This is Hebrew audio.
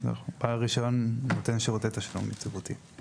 הרישיון לנותן לשירותי תשלום יציבותי.